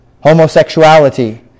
Homosexuality